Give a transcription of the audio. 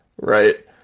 right